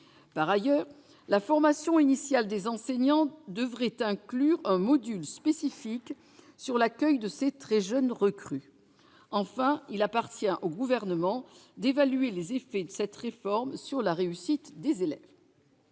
Par ailleurs, la formation initiale des enseignants devrait inclure un module spécifique sur l'accueil de ces très jeunes recrues. Enfin, il appartient au Gouvernement d'évaluer les effets de cette réforme sur la réussite des élèves.